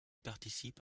participe